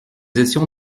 étions